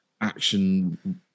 Action